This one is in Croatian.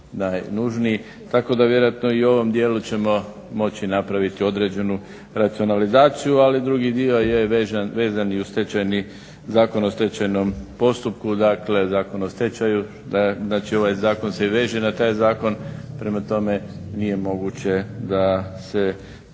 Tako da vjerojatno i u ovom dijelu ćemo moći napraviti određenu racionalizaciju ali drugi dio je vezan i uz Zakon o stečajnom postupku dakle zakon o stečaju, znači ovaj zakon se veže na taj zakon. Prema tome nije moguće da se ti